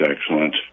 excellent